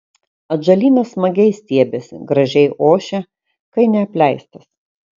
atžalynas smagiai stiebiasi gražiai ošia kai neapleistas